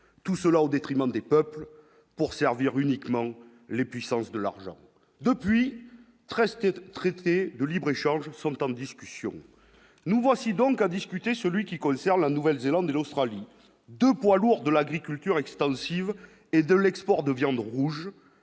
tout cela au détriment des peuples pour servir uniquement les puissances de l'argent depuis 13 têtes traité de libre-échange sont en discussion, nous voici donc à discuter, celui qui concerne la Nouvelle-Zélande et l'Australie, 2 poids lourds de l'agriculture extensive et de l'export de viande rouge